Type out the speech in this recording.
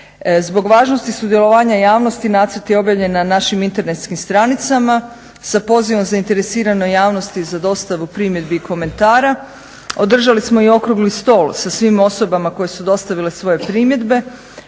Zbog važnosti sudjelovanja javnosti nacrt je objavljen na našim internetskim stranicama sa pozivom zainteresiranoj javnosti za dostavu primjedbi i komentara. Održali smo i Okrugli stol sa svim osobama koje su dostavile svoje primjedbe,